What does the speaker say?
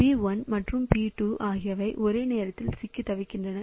P1 மற்றும் P2 ஆகியவை ஒரே நேரத்தில் சிக்கித் தவிக்கின்றன